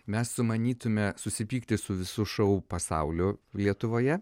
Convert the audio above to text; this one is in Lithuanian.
mes sumanytume susipykti su visu šou pasauliu lietuvoje